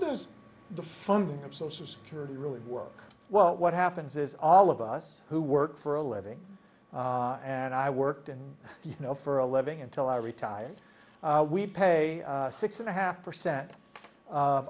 does the funding of social security really work well what happens is all of us who work for a living and i worked in you know for a living until i retired we pay six and a half percent of